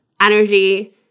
energy